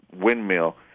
windmill